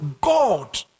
God